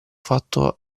fatto